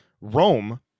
Rome